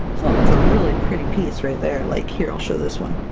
well that's a really pretty piece right there! like here, i'll show this one.